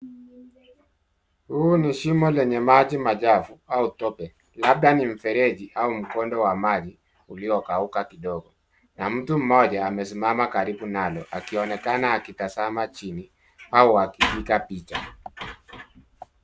Huu ni shimo lenye maji machafu au tope labda ni mfereji au mkondo wa maji uliokauka kidogo. Na mtu mmoja amesimama karibu nalo akionekana akitazama chini au akipiga picha.